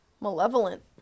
malevolent